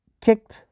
kicked